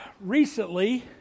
Recently